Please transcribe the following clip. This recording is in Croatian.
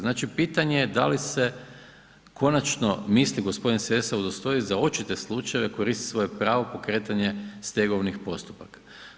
Znači pitanje je da li se konačno misli g. Sessa udostojiti, za očite slučajeve koristi svoje pravo pokretanje stegovnih postupaka.